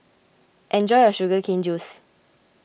enjoy your Sugar Cane Juice